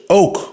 ook